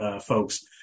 folks